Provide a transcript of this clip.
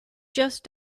just